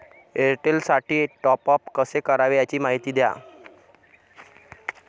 एअरटेलसाठी टॉपअप कसे करावे? याची माहिती द्या